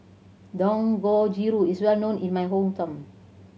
dangojiru is well known in my hometown